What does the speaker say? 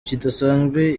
kidasanzwe